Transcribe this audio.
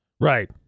Right